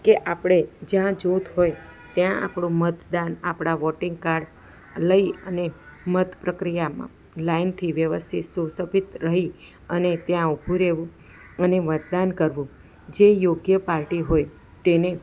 કે આપણે જ્યાં જૂથ હોય ત્યાં આપણું મતદાન આપણા વોટિંગ કાર્ડ લઈ અને મત પ્રકિયામાં લાઇનથી વ્યવસ્થિત સુશોભિત રહી અને ત્યાં ઊભું રહેવું અને મતદાન કરવું જે યોગ્ય પાર્ટી હોય તેને